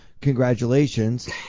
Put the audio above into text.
congratulations